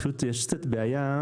פשוט יש קצת בעיה,